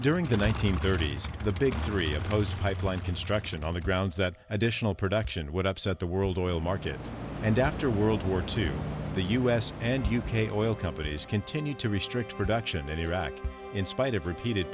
during the one nine hundred thirty s the big three opposed pipeline construction on the grounds that additional production would upset the world oil market and after world war two the u s and u k oil companies continued to restrict production in iraq in spite of repeated